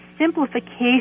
simplification